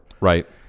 Right